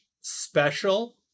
special